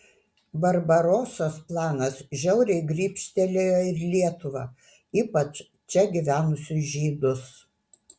barbarosos planas žiauriai grybštelėjo ir lietuvą ypač čia gyvenusius žydus